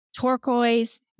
turquoise